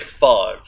five